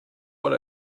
what